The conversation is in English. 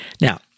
Now